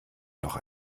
noch